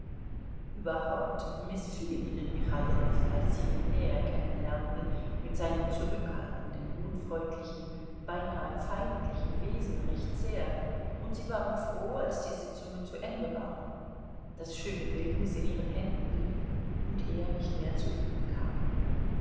überhaupt mißfiel ihnen michailow als sie ihn näher kennenlernten mit seinem zurückhaltenden unfreundlichen beinahe feindlichen wesen recht sehr und sie waren froh als die sitzungen zu ende waren das schöne bildnis in ihren händen blieb und er nicht mehr zu ihnen kam